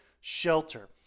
shelter